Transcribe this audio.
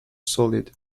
solid